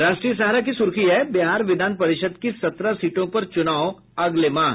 राष्ट्रीय सहारा की सुर्खी है बिहार विधान परिषद की सत्रह सीटों पर चुनाव अगले माह